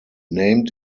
named